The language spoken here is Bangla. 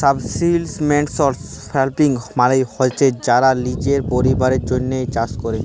সাবসিস্টেলস ফার্মিং মালে হছে যারা লিজের পরিবারের জ্যনহে চাষ ক্যরে